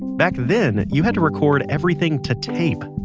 back then, you had to record everything to tape.